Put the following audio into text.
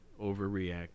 overreact